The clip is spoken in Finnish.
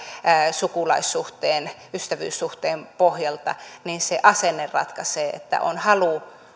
sukulaissuhteen ystävyyssuhteen pohjalta se asenne ratkaisee on halu